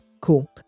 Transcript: cool